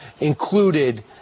included